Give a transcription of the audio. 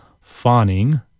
Fawning